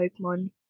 Pokemon